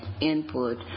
input